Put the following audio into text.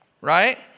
Right